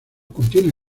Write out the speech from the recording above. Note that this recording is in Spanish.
contiene